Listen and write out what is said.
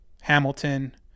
Hamilton